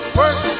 work